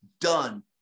Done